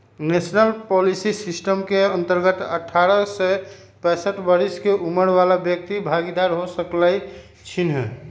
national pension system के अंतर्गत अठारह से पैंसठ बरिश के उमर बला व्यक्ति भागीदार हो सकइ छीन्ह